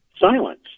silence